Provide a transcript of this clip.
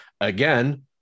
Again